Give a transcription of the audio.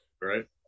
right